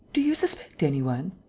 do you suspect any one?